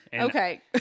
Okay